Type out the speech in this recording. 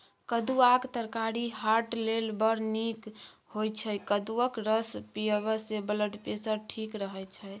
कद्दुआक तरकारी हार्ट लेल बड़ नीक होइ छै कद्दूक रस पीबयसँ ब्लडप्रेशर ठीक रहय छै